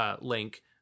link